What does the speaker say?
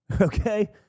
okay